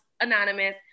anonymous